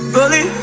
Bully